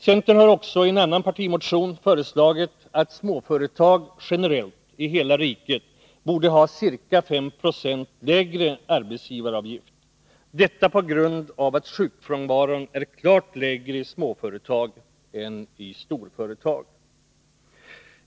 Centern har också i en partimotion föreslagit att småföretag generellt i hela riket borde ha ca 5 26 lägre arbetsgivaravgift. Detta på grund av att sjukfrånvaron är klart lägre i småföretag än i storföretag.